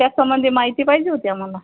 त्यासंबंधी माहिती पाहिजे होती आम्हाला